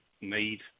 need